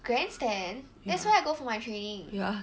grandstand that's where I go for my training